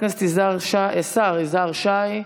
השר יזהר שי,